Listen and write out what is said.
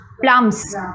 Plums